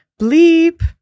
bleep